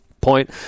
point